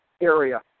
area